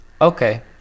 Okay